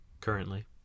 Currently